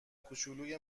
کوچولوی